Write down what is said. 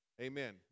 Amen